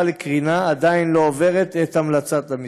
לקרינה עדיין לא עוברת את המלצת המשרד.